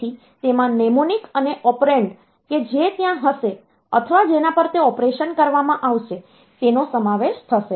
તેથી તેમાં નેમોનિક અને ઓપરેન્ડ કે જે ત્યાં હશે અથવા જેના પર તે ઓપરેશન કરવામાં આવશે તેનો સમાવેશ થશે